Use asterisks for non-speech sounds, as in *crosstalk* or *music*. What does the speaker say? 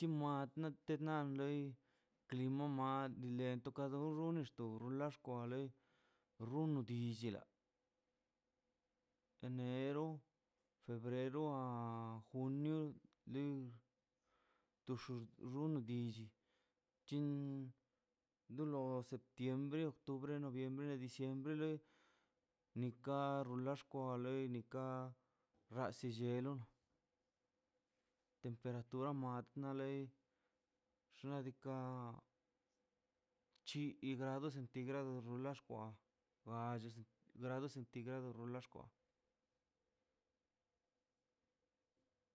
Timan tina loi klima ma toka mera xkwa le runa dillala enero febrero a junio lio tuxu xun dilli chin dolo dill septiembre octubre noviembre diciembre nikwa xkwale ei nika *noise* rashe llelo temperatura mada lei xna' diika' chin centigrados rula xkwa axe grados centigrados rula xkwa